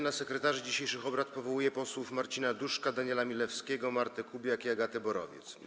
Na sekretarzy dzisiejszych obrad powołuję posłów Marcina Duszka, Daniela Milewskiego, Martę Kubiak i Agatę Borowiec.